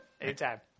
Anytime